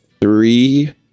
three